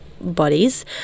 bodies